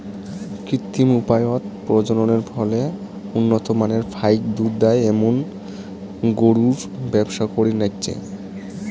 কৃত্রিম উপায়ত প্রজননের ফলে উন্নত মানের ফাইক দুধ দেয় এ্যামুন গরুর ব্যবসা করির নাইগচে